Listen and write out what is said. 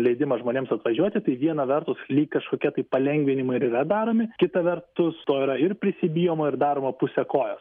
leidimą žmonėms atvažiuoti tai viena vertus lyg kažkokie tai palengvinimai ir yra daromi kita vertus to yra ir prisibijoma ir daroma puse kojo